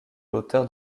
l’auteur